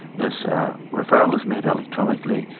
this referral is made electronically,